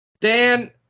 Dan